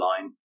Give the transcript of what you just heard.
line